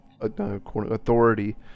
authority